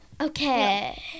okay